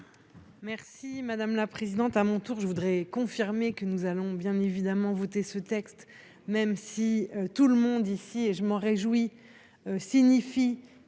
Merci madame la présidente,